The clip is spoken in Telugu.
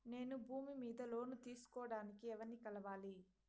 నేను భూమి మీద లోను తీసుకోడానికి ఎవర్ని కలవాలి?